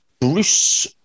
Bruce